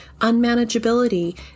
unmanageability